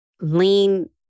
lean